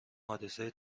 حادثه